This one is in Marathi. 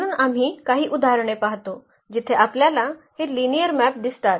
म्हणून आम्ही काही उदाहरणे पाहतो जिथे आपल्याला हे लिनिअर मॅप दिसतात